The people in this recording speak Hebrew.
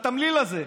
את התמליל הזה,